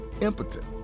impotent